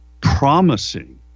promising